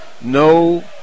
No